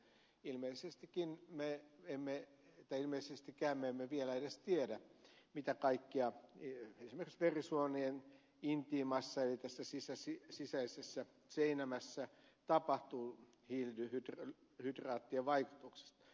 ilmeisestikään me emme vielä edes tiedä mitä kaikkea esimerkiksi verisuonien intimassa eli sisäisessä seinämässä tapahtuu hiilihydraattien vaikutuksesta